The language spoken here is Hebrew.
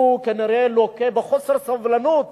הוא כנראה לוקה בחוסר סובלנות